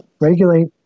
regulate